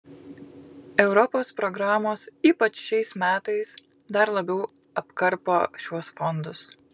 europos programos ypač šiais metais dar labiau apkarpo šiuos fondus